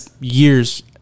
years